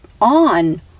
on